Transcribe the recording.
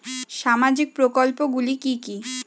সামাজিক প্রকল্পগুলি কি কি?